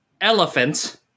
elephants